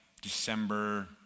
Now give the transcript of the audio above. December